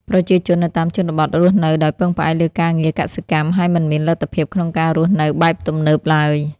ប្រជាជននៅតាមជនបទរស់នៅដោយពឹងផ្អែកលើការងារកសិកម្ម ហើយមិនមានលទ្ធភាពក្នុងការរស់នៅបែបទំនើបឡើយ។